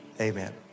Amen